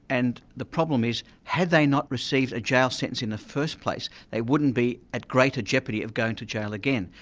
and the problem is, had they not received a jail sentence in the first place, they wouldn't be at greater jeopardy of going to jail again.